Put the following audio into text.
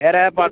வேறு எதாவது பா